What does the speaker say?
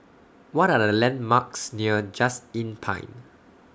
What Are The landmarks near Just Inn Pine